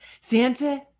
Santa